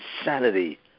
insanity